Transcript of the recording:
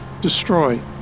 destroyed